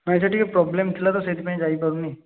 ନାହିଁ ସାର୍ ଟିକେ ପ୍ରୋବ୍ଲେମ ଥିଲା ତ ସେଇଥିପାଇଁ ଯାଇପାରୁନି